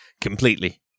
completely